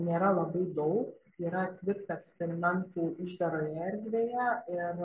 nėra labai daug yra atlikta eksperimentų uždaroje erdvėje ir